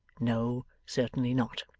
no. certainly not